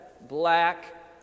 black